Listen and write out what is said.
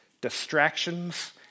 distractions